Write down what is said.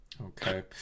Okay